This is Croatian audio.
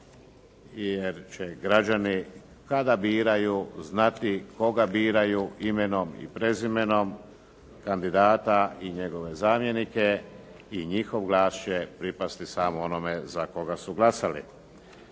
jer će građani kada biraju znati koga biraju imenom i prezimenom kandidata i njegove zamjenike i njihov glas će pripasti samo onome za koga su glasali.